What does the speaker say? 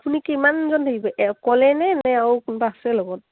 আপুনি কিমানজন থাকিব অকলে নে নে আৰু কোনোবা আছে লগত